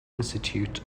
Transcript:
institute